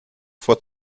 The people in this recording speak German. vor